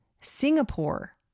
Singapore